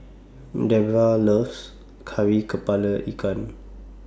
Debroah loves Kari Kepala Ikan